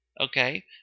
Okay